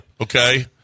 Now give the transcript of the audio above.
Okay